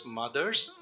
mother's